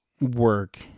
work